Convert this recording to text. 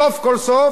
סוף כל סוף,